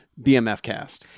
bmfcast